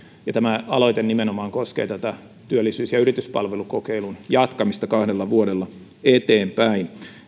tämä aloite koskee nimenomaan työllisyys ja yrityspalvelukokeilun jatkamista kahdella vuodella eteenpäin